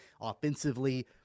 offensively